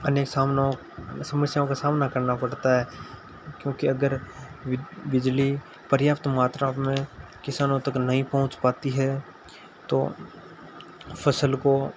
अनेक सामनाओं समस्याओं का सामना करना पड़ता है क्योंकि अगर बिजली पर्याप्त मात्रा में किसानों तक नहीं पहुँच पाती है तो फसल को